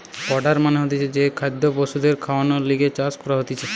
fodder মানে হতিছে যে খাদ্য পশুদের খাওয়ানর লিগে চাষ করা হতিছে